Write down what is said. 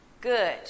good